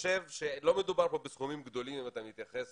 לא מדובר פה בסכומים גדולים אם אתה מתייחס